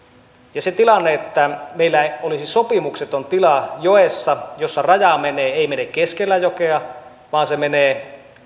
ja se tilanne että meillä olisi sopimukseton tila joessa jossa raja menee ei mene keskellä jokea vaan se menee